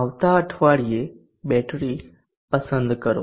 આવતા અઠવાડિયે બેટરી પસંદ કરો